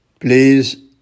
Please